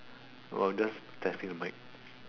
we're just testing the mic